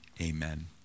Amen